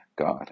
God